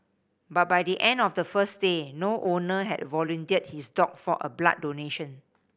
but by the end of the first day no owner had volunteered his dog for a blood donation